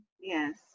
Yes